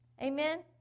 Amen